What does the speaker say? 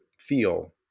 feel